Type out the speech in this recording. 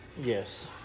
Yes